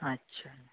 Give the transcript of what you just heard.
আচ্ছা